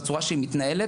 בצורה שהיא מתנהלת,